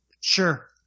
Sure